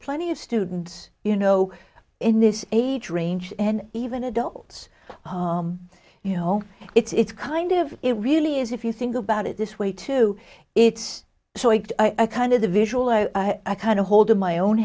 plenty of students you know in this age range and even adults you know it's kind of it really is if you think about it this way too it's so i kind of the visual i kind of hold my own